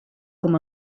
com